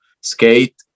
skate